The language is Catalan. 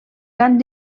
kant